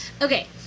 Okay